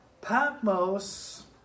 Patmos